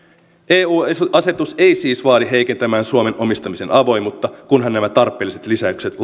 eu asetus ei siis vaadi heikentämään suomen omistamisen avoimuutta kunhan nämä tarpeelliset lisäykset